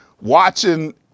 Watching